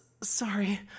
Sorry